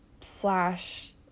slash